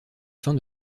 fin